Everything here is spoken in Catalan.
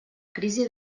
crisi